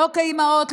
לא כאימהות,